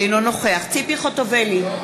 אינו נוכח ציפי חוטובלי,